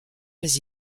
mais